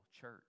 church